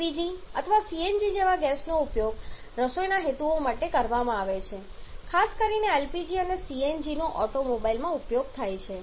LPG અથવા CNG જેવા ગેસનો ઉપયોગ રસોઈના હેતુઓ માટે કરવામાં આવે છે ખાસ કરીને એલપીજી અને સીએનજીનો ઓટોમોબાઈલમાં ઉપયોગ થાય છે